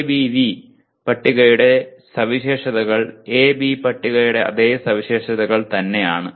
ABV പട്ടികയുടെ സവിശേഷതകൾ AB പട്ടികയുടെ അതേ സവിശേഷതകൾ തന്നെയാണ്